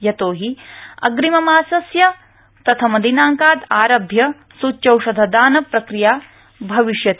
यतो हि अग्रिममासस्य प्रथम दिनांकात् आरभ्य सुच्योषधदान प्रक्रिया भविष्यति